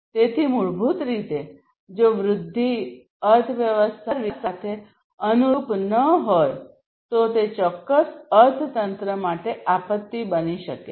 તેથી મૂળભૂત રીતે જો વૃદ્ધિ અર્થવ્યવસ્થાના એકંદર વિકાસ સાથે અનુરૂપ ન હોય તો તે ચોક્કસ અર્થતંત્ર માટે આપત્તિ બની જશે